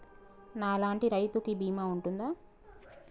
నా లాంటి రైతు కి బీమా ఉంటుందా?